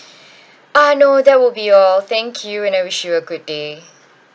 uh no that would be all thank you and I wish you a good day